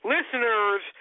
Listeners